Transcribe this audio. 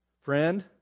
friend